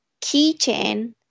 keychain